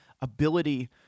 ability